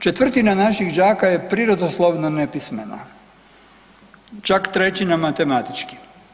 Četvrtina naših đaka je prirodoslovno nepismena, čak trećina matematički.